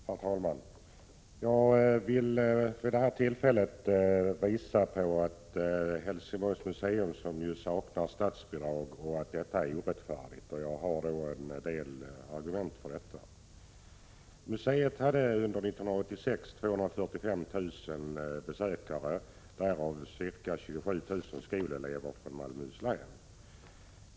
Herr talman! Jag vill vid det här tillfället visa att det är orättfärdigt att Helsingborgs museum inte får statsbidrag. Jag har en del argument för att museet bör få bidrag från staten. Museet hade 245 000 besökare under 1986, därav ca 27 000 skolelever från Malmöhus län.